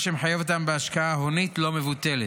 מה שמחייב אותם בהשקעה הונית לא מבוטלת.